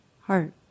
heart